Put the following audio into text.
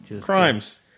Crimes